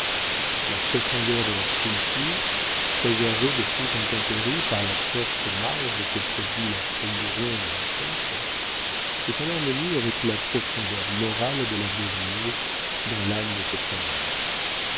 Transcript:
la profondeur de la sculpture préservée de toute intempérie par la forte marge que produit la saillie ronde du cintre est en harmonie avec la profondeur morale de la devise dans l'âme de cette famille